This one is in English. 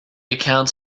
accounts